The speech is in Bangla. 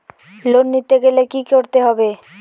লোন নিতে গেলে কি করতে হবে?